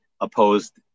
opposed